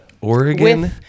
Oregon